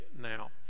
now